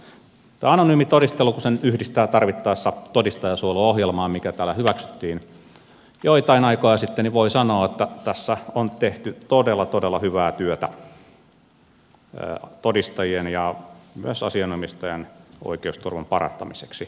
kun tämän anonyymin todistelun yhdistää tarvittaessa todistajansuojeluohjelmaan mikä täällä hyväksyttiin joitakin aikoja sitten niin voi sanoa että tässä on tehty todella todella hyvää työtä todistajien ja myös asianomistajan oikeusturvan parantamiseksi